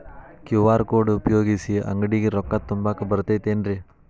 QR code ಉಪಯೋಗಿಸಿ, ಅಂಗಡಿಗೆ ರೊಕ್ಕಾ ತುಂಬಾಕ್ ಬರತೈತೇನ್ರೇ?